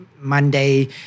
Monday